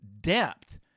depth